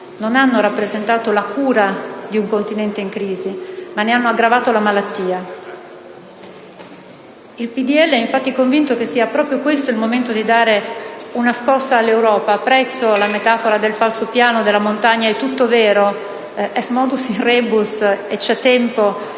non hanno rappresentato la cura di un continente in crisi, ma ne hanno aggravato la malattia. Il PdL è infatti convinto che sia proprio questo il momento di dare una scossa all'Europa. Apprezzo la metafora del falso piano e della montagna. È tutto vero: *est modus in rebus*, e c'è il tempo